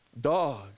dog